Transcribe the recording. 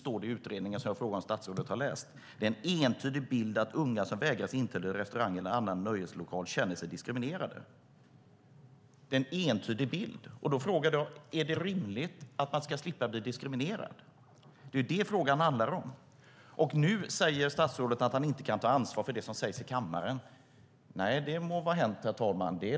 I den utredning, som jag frågar om statsrådet har läst, står det att det är entydig bild att unga som vägras inträde i restauranger eller annan nöjeslokal känner sig diskriminerade. Då frågade jag: Är det rimligt att man ska slippa bli diskriminerad? Det är det frågan handlar om. Statsrådet säger att han inte kan ta ansvar för det sägs i kammaren. De må vara hänt, herr talman.